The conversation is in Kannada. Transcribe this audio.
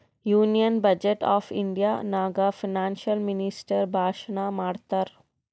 ಯೂನಿಯನ್ ಬಜೆಟ್ ಆಫ್ ಇಂಡಿಯಾ ನಾಗ್ ಫೈನಾನ್ಸಿಯಲ್ ಮಿನಿಸ್ಟರ್ ಭಾಷಣ್ ಮಾಡ್ತಾರ್